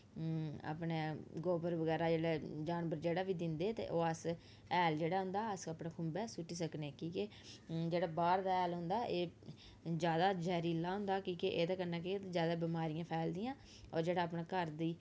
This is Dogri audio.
अपने गोवर बगैरा जेल्लै जानवर जेह्ड़ा बी दिंदे ते ओह् अस हैल जेह्ड़ा होंदा अस अपने खुम्बै सुट्टी सकने कि के जेह्ड़ा बाह्र दा हैल होंदा एह् ज्यादा जैह्रीला होंदा कि के एह्दे कन्नै केह् ज्यादा बमारियां फैलदियां होर जेह्ड़ा अपने घर दी